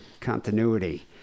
Continuity